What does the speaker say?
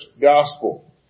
gospel